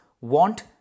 want